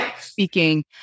speaking